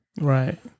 Right